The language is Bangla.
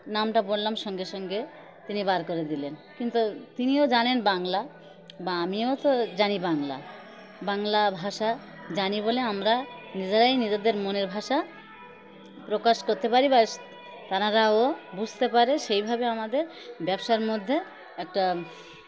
নামটা বললাম সঙ্গে সঙ্গে তিনি বার করে দিলেন কিন্তু তিনিও জানেন বাংলা বা আমিও তো জানি বাংলা বাংলা ভাষা জানি বলে আমরা নিজেরাই নিজেদের মনের ভাষা প্রকাশ করতে পারি বা তারাও বুঝতে পারে সেইভাবে আমাদের ব্যবসার মধ্যে একটা